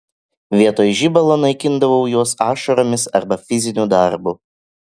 vietoj žibalo naikindavau juos ašaromis arba fiziniu darbu